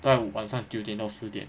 拜五晚上九点到十点